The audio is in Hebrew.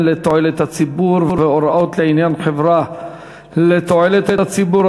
לתועלת הציבור והוראות לעניין חברה לתועלת הציבור),